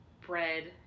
bread